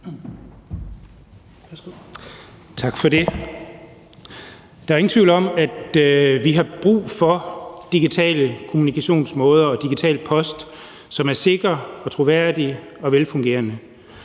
Tak for det. Der er ingen tvivl om, at vi har brug for digitale kommunikationsmåder og digital post, som er sikker og troværdig og velfungerende.